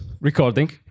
recording